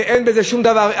אין בזה שום דבר.